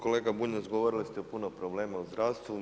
Kolega Bunjac govorili ste o puno problema u zdravstvu.